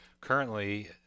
currently